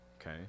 okay